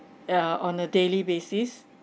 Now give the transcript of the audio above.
ya on a daily basis